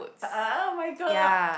uh [oh]-my-god